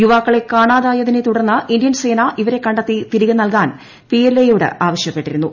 യുവാക്കളെ കാണാതായതിനെ തുടർന്ന് ഇന്ത്യൻ സേന ഇവരെ കണ്ടെത്തി തിരികെ നൽകാൻ പിഎൽഎ യോട് ആവശ്യപ്പെട്ടിരുന്നു